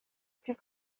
plus